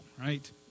right